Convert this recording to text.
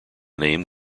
name